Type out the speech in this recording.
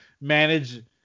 manage